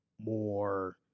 more